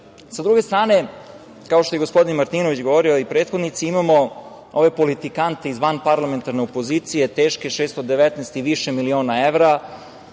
druge strane, kao što je gospodin Martinović govorio i prethodnici, imamo ove politikante iz vanparlamentarne opozicije, teške 619 i više miliona evra,